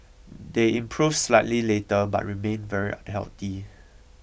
they improved slightly later but remained very unhealthy